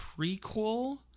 prequel